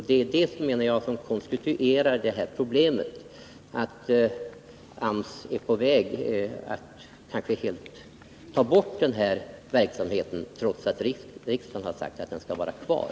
Det är detta, menar jag, som konstituerar problemet att AMS är på väg att kanske helt ta bort denna verksamhet, trots att riksdagen har uttalat att den skall vara kvar.